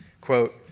Quote